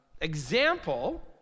example